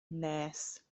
nes